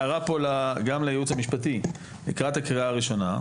הערה פה גם לייעוץ המשפטי לקראת הקריאה הראשונה.